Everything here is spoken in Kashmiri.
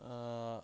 ٲں